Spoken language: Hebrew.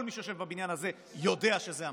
כל מי שיושב בבניין הזה יודע שזה המצב.